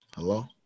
Hello